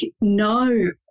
no